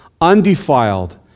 undefiled